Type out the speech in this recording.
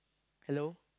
hello